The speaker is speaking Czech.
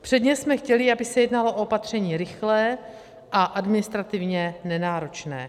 Předně jsme chtěli, aby se jednalo o opatření rychlé a administrativně nenáročné.